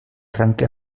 arranque